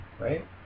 right